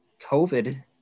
COVID